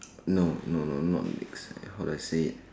no no no not legs like how do I say it